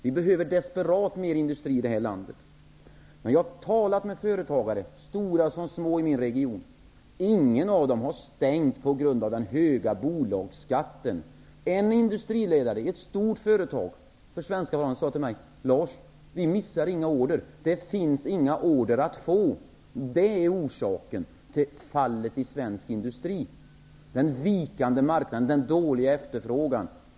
Vi behöver desperat mer industri i Men jag har talat med företagare -- stora som små -- i min region, och ingen av dem har stängt på grund av den höga bolagsskatten. En industriledare i ett stort företag sade till mig: Lars, vi missar inga order, utan det finns inga order att få. Det är orsaken till fallet i svensk industri, dvs. den vikande marknaden, den dåliga efterfrågan.